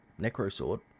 Necrosword